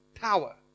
power